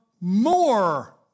more